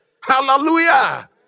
Hallelujah